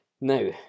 Now